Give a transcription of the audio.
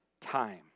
time